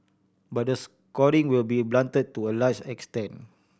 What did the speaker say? but the scoring will be blunted to a large extent